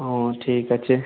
ও ঠিক আছে